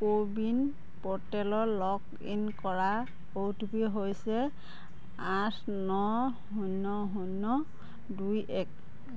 কো win পৰ্টেলত log in কৰা O T P হৈছে আঠ ন শূন্য শূন্য দুই এক